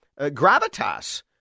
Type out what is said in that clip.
gravitas